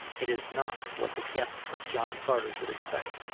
it is not what the guests of john carter should expect.